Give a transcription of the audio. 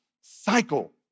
cycle